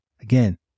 Again